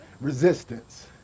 resistance